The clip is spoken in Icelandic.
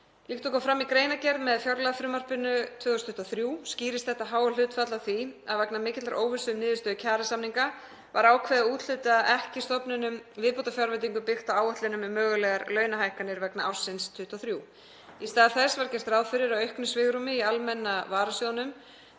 Líkt og kom fram í greinargerð með fjárlagafrumvarpinu 2023 skýrist þetta háa hlutfall af því að vegna mikillar óvissu um niðurstöðu kjarasamninga var ákveðið að úthluta ekki stofnunum viðbótarfjárveitingum byggt á áætlunum um mögulegar launahækkanir vegna ársins 2023. Í stað þess var gert ráð fyrir auknu svigrúmi í almenna varasjóðnum